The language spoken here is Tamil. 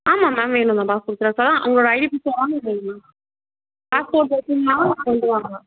ஆமாம் மேம் வேணும் மேம் பாஸ்போட் ஜெராக்ஸ் எல்லாம் உங்களோடய ஐடி ப்ரூஃபை வாங்கு மேம் பாஸ்போட் வச்சிருந்தாலும் கொண்டு வாங்க